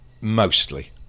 mostly